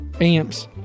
Amps